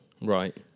Right